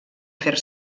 fer